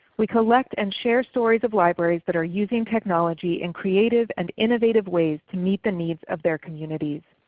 we collect and share stories of libraries that are using technology in creative and innovative ways to meet the needs of their communities.